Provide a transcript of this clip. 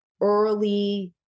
early